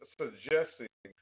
suggesting